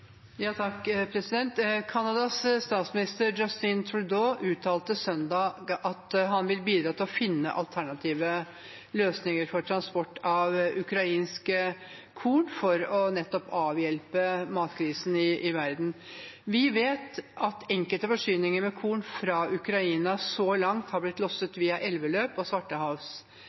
Canadas statsminister Justin Trudeau uttalte søndag at han vil bidra til å finne alternative løsninger for transport av ukrainsk korn for nettopp å avhjelpe matkrisen i verden. Vi vet at enkelte forsyninger av korn fra Ukraina så langt har blitt losset via elveløp og